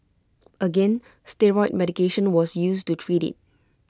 again steroid medication was used to treat IT